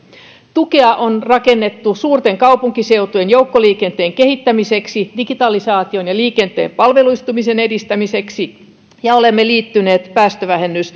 tukea on rakennettu suurten kaupunkiseutujen joukkoliikenteen kehittämiseksi digitalisaation ja liikenteen palveluistumisen edistämiseksi ja olemme liittyneet